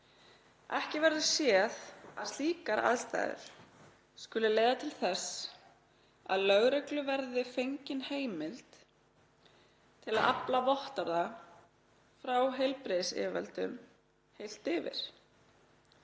ekki séð að slíkar aðstæður skuli leiða til þess að lögreglu verði fengin heimild til að afla vottorða frá heilbrigðisyfirvöldum heilt yfir.